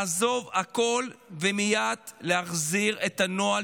לעזוב את הכול ולהחזיר מייד את הנוהל